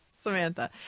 Samantha